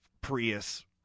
Prius